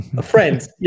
friends